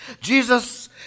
Jesus